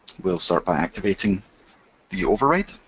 we'll start by activating the override,